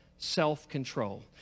self-control